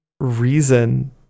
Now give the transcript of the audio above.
reason